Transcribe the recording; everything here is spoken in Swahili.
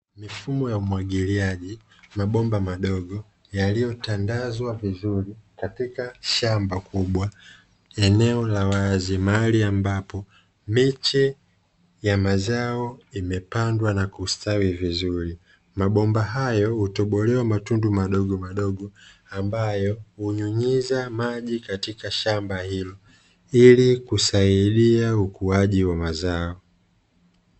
Mifumo ya umwagiliaji mashamba madogo yaliyofunikwa mabomba hayo hutobolewa mabomba madogomadogo ili kunyunyiza maji kusaidia ukuaji wa mazao hayo